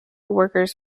workers